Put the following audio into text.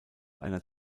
einer